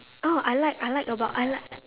oh I like I like about I like